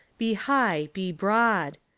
be high, be broad.